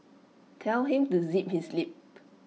tell him to zip his lip